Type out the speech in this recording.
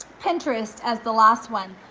pinterest as the last one.